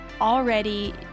Already